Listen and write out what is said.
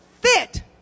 fit